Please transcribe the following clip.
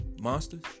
monsters